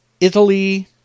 Italy